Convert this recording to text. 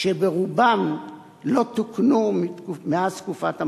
שברובן לא תוקנו מאז תקופת המנדט,